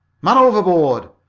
man overboard!